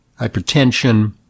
hypertension